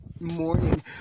morning